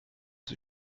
sie